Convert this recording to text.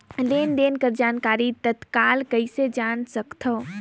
लेन देन के जानकारी तत्काल कइसे जान सकथव?